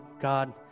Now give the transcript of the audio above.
God